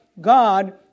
God